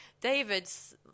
David's